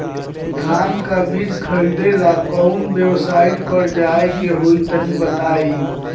धान का बीज खरीदे ला काउन वेबसाइट पर जाए के होई तनि बताई?